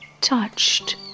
touched